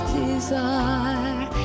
desire